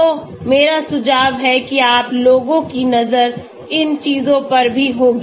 तो मेरा सुझाव है कि आप लोगों की नजर इन चीजों पर भी होगी